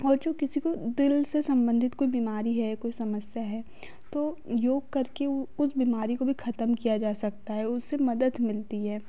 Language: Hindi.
और जो किसी को दिल से सम्बंधित कोई बीमारी है कोई समस्या है तो योग करके उस बीमारी को भी खत्म किया जा सकता है उससे मदद मिलती है